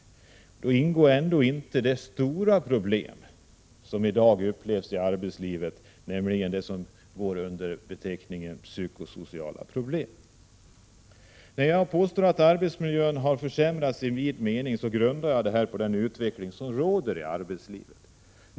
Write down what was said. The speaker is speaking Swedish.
I dessa siffror ingår ändå inte de stora problemen i arbetslivet, som går under beteckningen psykosociala problem. När jag påstår att arbetsmiljön har försämrats i vid mening grundar jag det på den utveckling som pågår i arbetslivet.